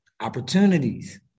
opportunities